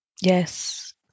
Yes